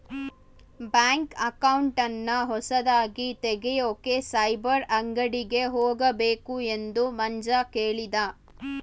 bank ಅಕೌಂಟನ್ನ ಹೊಸದಾಗಿ ತೆಗೆಯೋಕೆ ಸೈಬರ್ ಅಂಗಡಿಗೆ ಹೋಗಬೇಕು ಎಂದು ಮಂಜ ಕೇಳಿದ